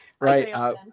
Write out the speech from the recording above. right